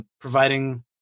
providing